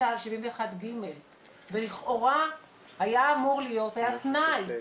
תת"ל 71/ג ולכאורה היה אמור להיות, היה תנאי,